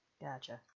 Gotcha